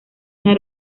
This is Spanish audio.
una